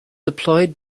deployed